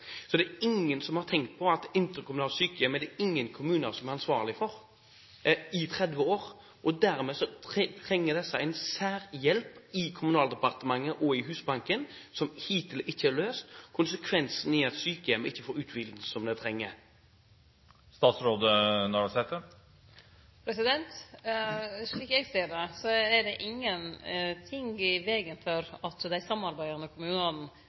er det ingen som har tenkt på at interkommunale sykehjem er det ingen kommuner som er ansvarlig for i 30 år. Dermed trenger disse en særhjelp i Kommunaldepartementet og i Husbanken, noe som hittil ikke er løst. Konsekvensen er at sykehjemmet ikke får den utvidelsen som de trenger. Slik eg ser det, er det ingen ting i vegen for at